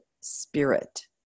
spirit